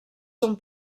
són